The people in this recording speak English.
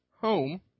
home